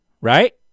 right